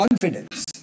confidence